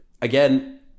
Again